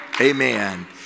amen